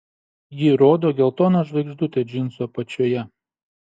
ji rodo geltoną žvaigždutę džinsų apačioje